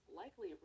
likely